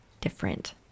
different